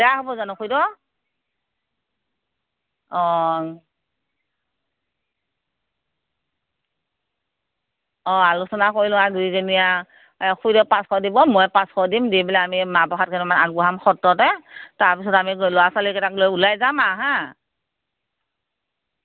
বেয়া হ'ব জানো খুইদেউ অ অ আলোচনা কৰি লওঁ আৰু দুয়োজনীয়ে আৰু আ খুইদেউৱে পাঁচশ দিব মই পাঁচশ দিম দি পেলাই আমি মাহ প্ৰসাদ কেইটামান আগবঢ়াম সত্ৰতে তাৰপিছত আমি ল'ৰা ছোৱালীকেইটাক লৈ ওলাই যাম আৰু হাঁ